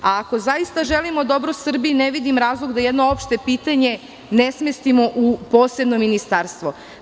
A ako zaista želimo dobro Srbiji, ne vidim razlog da jedno opšte pitanje ne smestimo u posebno ministarstvo.